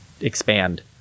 expand